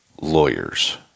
lawyers